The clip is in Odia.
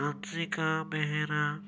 ଆଂଶିକା ବେହେରା